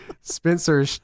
Spencer